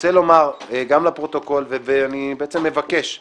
רוצה לומר, גם לפרוטוקול, ואני בעצם מבקש מהשב"ס,